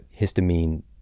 histamine